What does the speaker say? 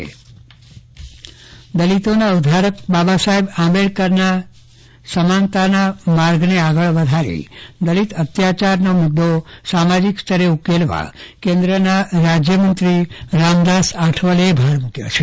ચંદ્રવદન પટ્ટણી દલિત મુદ્દો દલિતોના ઉધ્ધારક બાબા સાહેબ આંબેડકરના સમાનતાના માર્ગને આગળ વધારી દલિત અત્યાચાર મુદ્દો સામાજીક સ્તરે ઉકેલવા કેન્દ્રના રાજ્યમંત્રી રામદાસ આઠવલેએ ભાર મુક્યો છે